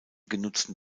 genutzten